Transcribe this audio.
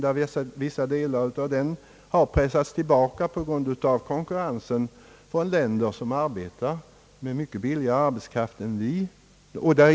Vi har sett att vissa delar av den har pressats tillbaka på grund av konkurrensen från länder som arbetar med mycket billigare arbetskraft än vi.